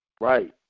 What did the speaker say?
Right